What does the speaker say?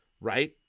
right